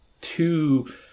two